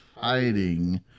fighting